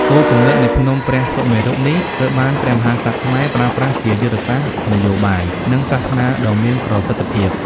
គោលគំនិតនៃភ្នំព្រះសុមេរុនេះ ត្រូវបានព្រះមហាក្សត្រខ្មែរប្រើប្រាស់ជាយុទ្ធសាស្ត្រនយោបាយ និងសាសនាដ៏មានប្រសិទ្ធភាព។